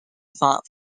font